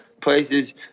places